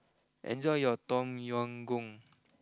enjoy your Tom Yam Goong